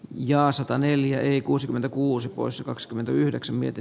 ja sataneljä eli kuusikymmentäkuusi poissa kaksikymmentäyhdeksän mieti